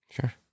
Sure